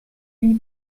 lui